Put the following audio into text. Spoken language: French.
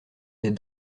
des